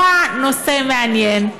לא הנושא מעניין,